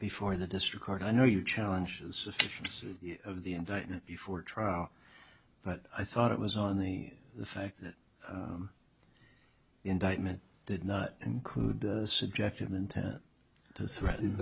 before the district court i know you challenge of the indictment before trial but i thought it was on the fact that the indictment did not include subjective intent to threaten